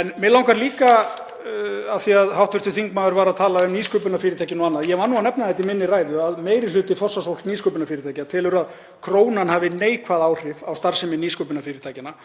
En mig langar líka segja, af því að hv. þingmaður var að tala um nýsköpunarfyrirtækin og annað, ég var nú að nefna þetta í minni ræðu, að meiri hluti forsvarsfólks nýsköpunarfyrirtækja telur að krónan hafi neikvæð áhrif á starfsemi nýsköpunarfyrirtækjanna.